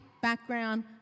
background